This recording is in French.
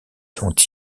dont